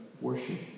Worship